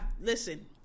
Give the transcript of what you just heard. listen